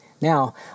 Now